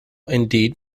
indeed